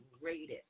greatest